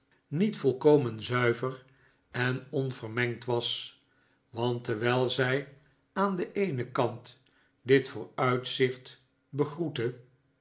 niet volkomen zuiver en onvermengd was want terwijl zij aan den eenen kant dit vooruitzicht begroette